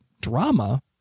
drama